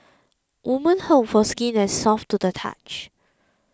women hope for skin that soft to the touch